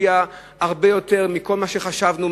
שהשפיע הרבה יותר מכל מה שחשבנו,